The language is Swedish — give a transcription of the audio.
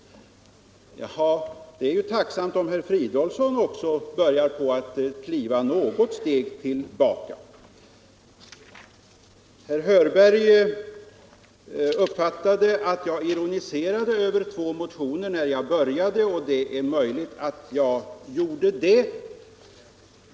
Men det är tacknämligt att också herr Fridolfsson börjar kliva något steg tillbaka. Herr Hörberg påstår att jag ironiserade över två motioner i början av mitt anförande, och det är möjligt att jag gjorde det.